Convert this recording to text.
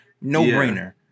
no-brainer